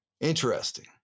interesting